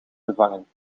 gevangen